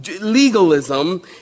legalism